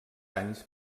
anys